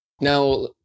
Now